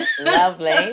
Lovely